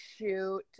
shoot